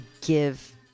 give